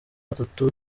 gatatu